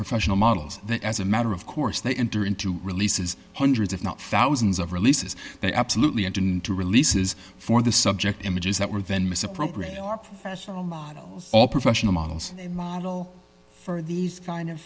professional models that as a matter of course they enter into releases hundreds if not thousands of releases they absolutely entered into releases for the subject images that were then misappropriating or professional models all professional models a model for these kind of